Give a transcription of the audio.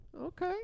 Okay